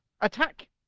attack